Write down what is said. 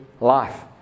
life